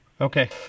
Okay